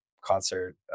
concert